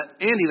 Andy